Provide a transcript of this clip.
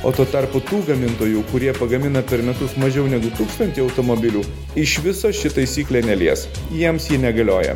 o tuo tarpu tų gamintojų kurie pagamina per metus mažiau negu tūkstantį automobilių iš viso ši taisyklė nelies jiems ji negalioja